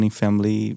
family